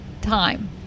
time